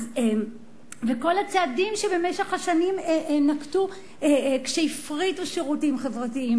וכל הצעדים שבמשך השנים נקטו כשהפריטו שירותים חברתיים,